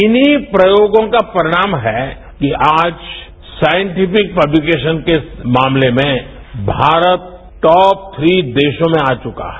इन्हीं प्रयोगों का परिणाम है कि आज साईटिफिक पक्तिकेशन के मामले में भारत टॉप थी देशों में आ चुका है